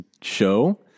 show